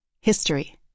History